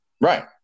Right